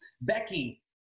Becky